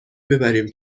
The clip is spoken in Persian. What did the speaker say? ببریم